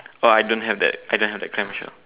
oh I don't have that I don't have that clam shell